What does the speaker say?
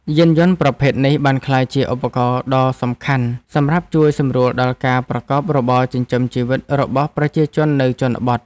យានយន្តប្រភេទនេះបានក្លាយជាឧបករណ៍ដ៏សំខាន់សម្រាប់ជួយសម្រួលដល់ការប្រកបរបរចិញ្ចឹមជីវិតរបស់ប្រជាជននៅជនបទ។